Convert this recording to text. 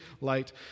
light